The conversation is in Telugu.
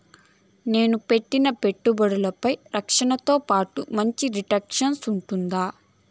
నేను పెట్టిన పెట్టుబడులపై రక్షణతో పాటు మంచి రిటర్న్స్ ఉంటుందా?